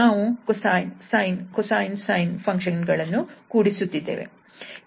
ನಾವು cosine sine cosine sine function ಗಳನ್ನು ಕೂಡಿಸುತ್ತಿದ್ದೇವೆ